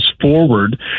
forward